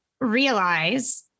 realize